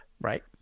Right